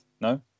no